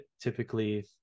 typically